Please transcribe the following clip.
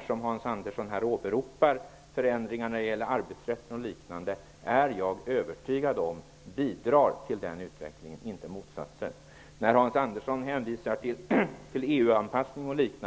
att de förändringar av arbetsrätten och liknande som Hans Andersson åberopade bidrar till en sådan utveckling, inte motsatsen. Hans Andersson hänvisar till EU-anpassningen.